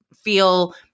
feel